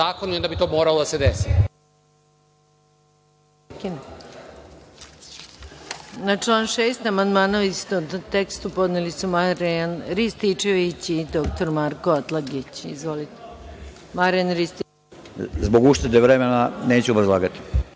zakon i onda bi to moralo da se desi.